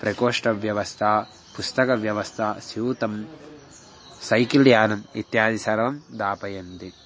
प्रकोष्ठव्यवस्था पुस्तकव्यवस्था स्यूतं सैकिल् यानम् इत्यादि सर्वं दापयन्ति